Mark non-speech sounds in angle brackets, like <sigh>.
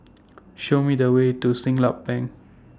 <noise> Show Me The Way to Siglap Bank